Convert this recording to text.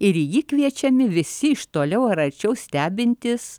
ir į jį kviečiami visi iš toliau ar arčiau stebintys